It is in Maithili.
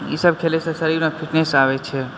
ई सब खेलैसऽ शरीरमे फिटनेस आबै छै